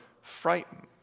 frightened